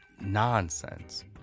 nonsense